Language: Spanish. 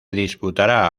disputará